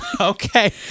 Okay